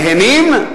נהנים?